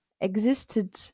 existed